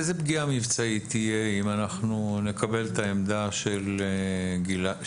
איזו פגיעה מבצעית תהיה אם אנחנו נקבל את העמדה של עידו?